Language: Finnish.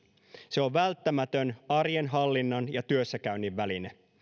se on välttämätön arjen hallinnan ja työssäkäynnin väline